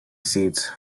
seats